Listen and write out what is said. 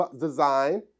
design